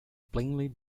plainly